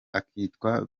akitwa